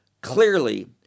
clearly